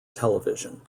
television